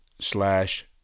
slash